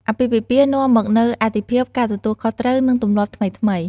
អាពាហ៍ពិពាហ៍នាំមកនូវអាទិភាព ការទទួលខុសត្រូវ និងទម្លាប់ថ្មីៗ។